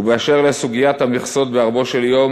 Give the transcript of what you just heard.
ובאשר לסוגיית המכסות: בערבו של יום